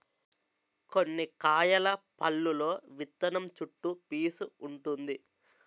కొన్ని కాయల పల్లులో విత్తనం చుట్టూ పీసూ వుంటుంది